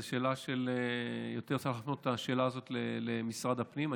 זו שאלה שצריך להפנות אותה יותר למשרד הפנים.